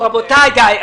רבותיי, די.